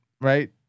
right